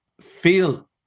feel